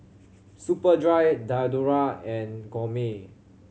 Superdry Diadora and Gourmet